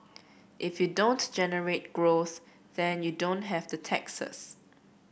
if you don't generate growth then you don't have the taxes